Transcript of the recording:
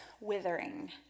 withering